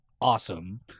awesome